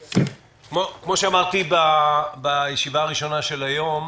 כפי שאמרתי בישיבה הראשונה שערכנו היום,